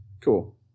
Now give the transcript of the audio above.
Cool